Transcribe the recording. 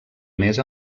més